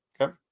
Okay